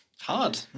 Hard